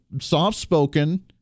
soft-spoken